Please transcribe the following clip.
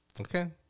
Okay